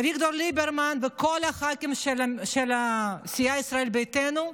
אביגדור ליברמן וכל הח"כים של סיעת ישראל ביתנו,